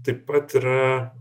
taip pat yra